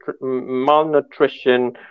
malnutrition